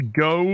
go